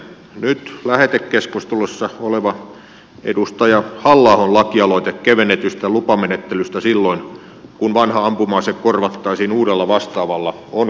nyt lähetekeskustelussa oleva edustaja halla ahon lakialoite kevennetystä lupamenettelystä silloin kun vanha ampuma ase korvattaisiin uudella vastaavalla on kannatettava